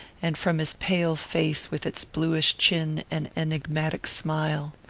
and from his pale face with its bluish chin and enigmatic smile.